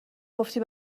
گفتی